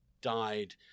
died